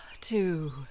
two